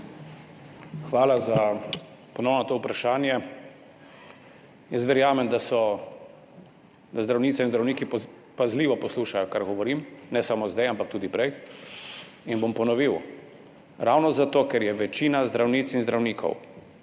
Hvala za ponovno to vprašanje. Verjamem, da zdravnice in zdravniki pazljivo poslušajo, kar govorim, ne samo zdaj, ampak tudi prej, in bom ponovil. Ravno zato ker je večina zdravnic in zdravnikov